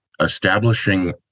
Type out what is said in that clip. establishing